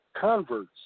converts